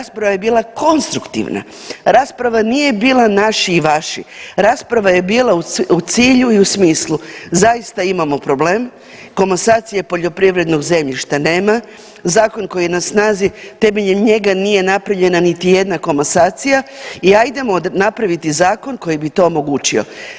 Rasprava je bila konstruktivna, rasprava nije bila naši i vaši, rasprava je bila u cilju i u smislu zaista imamo problem, komasacije poljoprivrednog zemljišta nema, zakon koji je na snazi temeljem njega nije napravljena niti jedna komasacija i ajdemo napraviti zakon koji bi to omogućio.